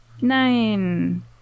nine